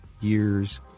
years